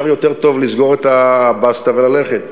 יותר טוב לסגור את הבסטה וללכת.